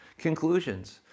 Conclusions